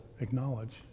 acknowledge